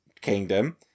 Kingdom